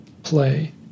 play